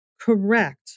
correct